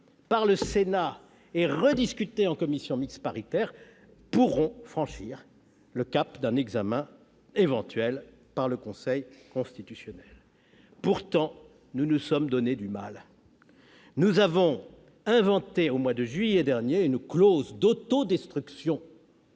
par le Sénat et rediscuté en commission mixte paritaire, pourront franchir le cap d'un examen éventuel par le Conseil constitutionnel. Pourtant, nous nous sommes donné du mal ! Nous avons inventé au mois de juillet dernier une « clause d'autodestruction